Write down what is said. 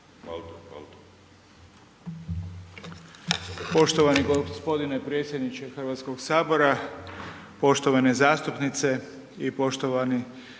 Hvala